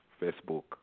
Facebook